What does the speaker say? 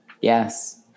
yes